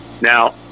Now